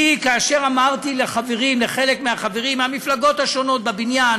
כאשר אמרתי לחלק מהחברים מהמפלגות השונות בבניין